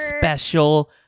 special